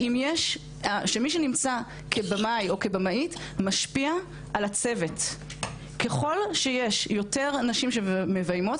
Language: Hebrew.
שמי שנמצא כבמאי או כבמאית יודע שככל שיש יותר נשים שמביימות,